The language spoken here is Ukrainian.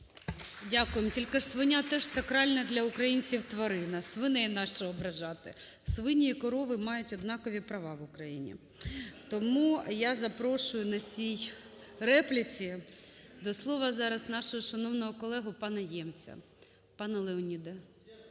Дякуємо. Тільки ж свиня – теж сакральна для українців тварина, свиней нащо ображати? Свині і корови мають однакові права в Україні. Тому я запрошую на цій репліці до слова нашого шановного колегу пана Ємця. Пане Леоніде,